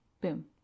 Boom